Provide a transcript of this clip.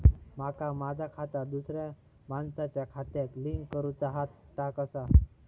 माका माझा खाता दुसऱ्या मानसाच्या खात्याक लिंक करूचा हा ता कसा?